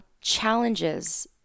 Challenges